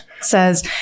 says